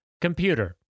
Computer